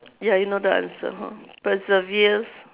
ya you know the answer hor perseveres